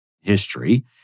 history